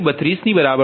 0 0